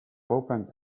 opened